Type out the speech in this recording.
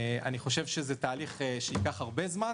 זה תהליך שייקח הרבה זמן.